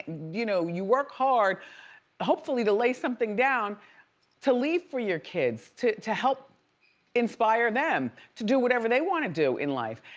you know, you work hard hopefully to lay something down to leave for your kids, to to help inspire them, to do whatever they want to do in life.